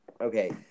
Okay